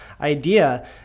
idea